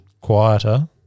quieter